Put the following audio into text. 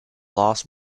last